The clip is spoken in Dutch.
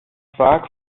vaak